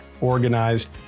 organized